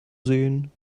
sehen